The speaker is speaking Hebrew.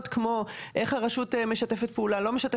כמו שאיך הרשות משתפת פעולה או לא,